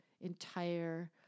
entire